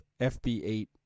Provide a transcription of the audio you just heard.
FB8